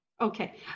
Okay